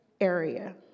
area